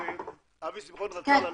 אבי שמחון רצה ללכת,